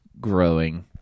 growing